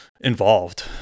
Involved